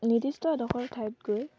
নিৰ্দিষ্ট এডখৰ ঠাইত গৈ